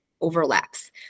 Overlaps